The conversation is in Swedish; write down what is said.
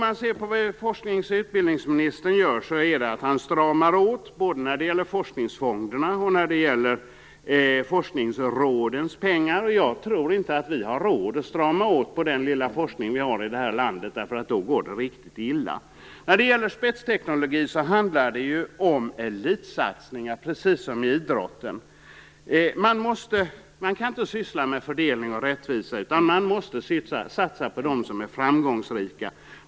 Vad forsknings och utbildningsministern gör är att strama åt både när det gäller forskningsfonderna och när det gäller forskningsrådens pengar. Jag tror inte att vi har råd att strama åt den lilla forskning som vi har här i landet, därför att då går det riktigt illa. När det gäller spetsteknologin handlar det ju om elitsatsningar, precis som i idrotten. Man kan inte syssla med fördelning och rättvisa, utan man måste satsa på dem som är framgångsrika.